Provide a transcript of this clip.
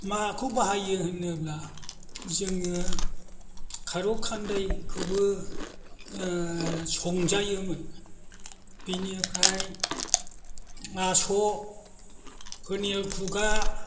माखौ बाहायो होनोब्ला जोङो खारौ खान्दायखौबो संजायोमोन बिनिफ्राय आस' बोनियेल खुगा